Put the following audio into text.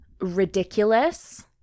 ridiculous